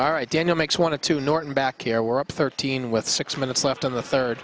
all right daniel makes one of two norton back here were up thirteen with six minutes left on the third